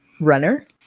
runner